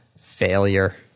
failure